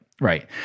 right